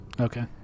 Okay